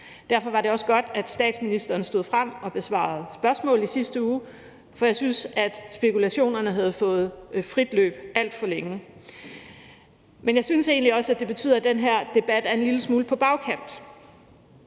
Derfor var det også godt, at statsministeren stod frem og besvarede spørgsmål i sidste uge, for jeg synes, at spekulationerne havde fået frit løb alt for længe. Men jeg synes egentlig også, at det betyder, at den her debat er en lille smule på bagkant,